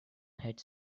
had